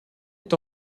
est